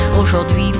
Aujourd'hui